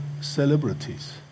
celebrities